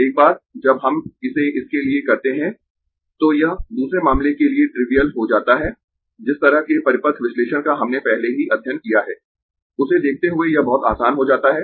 एक बार जब हम इसे इसके लिए करते है तो यह दूसरे मामले के लिए ट्रिविअल हो जाता है जिस तरह के परिपथ विश्लेषण का हमने पहले ही अध्ययन किया है उसे देखते हुए यह बहुत आसान हो जाता है